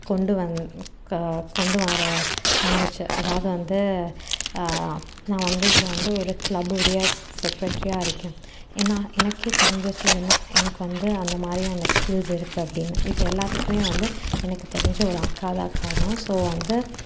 கொண்டு வந் க கொண்டு வர வந்துச்சு அதாவது வந்து நான் வந்து இப்போது வந்து ஒரு கிளப்புடைய ஸ் செகரெட்டரியாக இருக்கேன் ஏன்னா எனக்கே தெரிஞ்சிருச்சு என்ன எனக்கு வந்து அந்த மாதிரியான ஸ்கில்ஸ் இருக்குது அப்படின்னு இது எல்லாத்துக்குமே வந்து எனக்கு தெரிஞ்ச ஒரு அக்கா தான் காரணோம் ஸோ வந்து